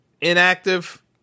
inactive